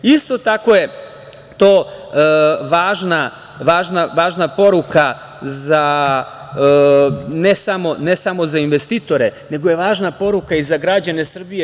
Isto tako je to važna poruka za ne samo investitore nego i za građane Srbije.